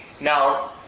now